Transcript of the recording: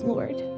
Lord